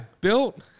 built